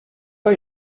pas